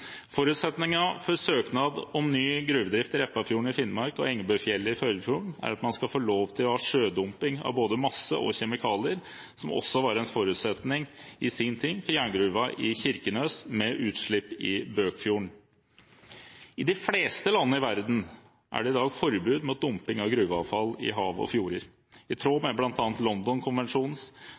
for søknad om ny gruvedrift i Repparfjorden i Finnmark og i Engebøfjellet i Førdefjorden er at man skal få lov til sjødumping av både masse og kjemikalier, noe som i sin tid også var en forutsetning for jerngruven i Kirkenes, med utslipp i Bøkfjorden. I de fleste land i verden er det i dag forbud mot dumping av gruveavfall i hav og fjorder, i tråd med